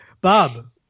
Bob